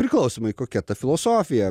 priklausomai kokia ta filosofija